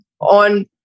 on